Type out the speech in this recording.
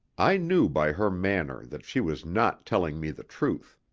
i knew by her manner that she was not telling me the truth,